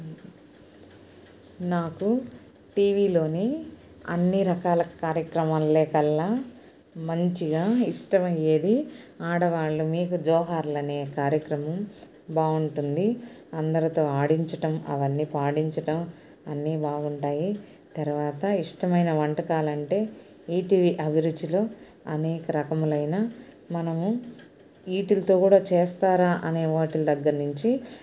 నాకు టీవీలోని అన్నీ రకాల కార్యక్రమాల్లేకల్లా మంచిగా ఇష్టమయ్యేది ఆడవాళ్ళు మీకు జోహార్లు అనే కార్యక్రమం బాగుంటుంది అందరితో ఆడించటం అవన్నీ పాడించటం అన్నీ బాగుంటాయి తర్వాత ఇష్టమైన వంటకాలంటే ఈటీవీ అభిరుచిలో అనేక రకములైన మనము వీటితో కూడా చేస్తారా అనే వాటి దగ్గర్నుంచి